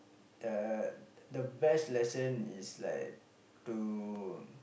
uh the the best lesson is like to